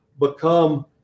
become